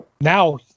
now